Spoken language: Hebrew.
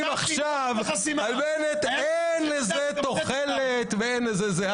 עכשיו על בנט: אין לזה תוחלת ואין לזה זה.